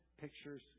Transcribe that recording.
pictures